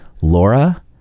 Laura